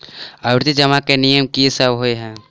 आवर्ती जमा केँ नियम की सब होइ है?